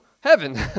heaven